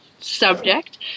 Subject